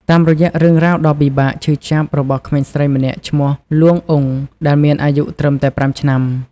តាមរយៈរឿងរ៉ាវដ៏ពិបាក ឈឺចាប់ របស់ក្មេងស្រីម្នាក់ឈ្មោះ លួង អ៊ុង ដែលមានអាយុត្រឹមតែ ៥ ឆ្នាំ។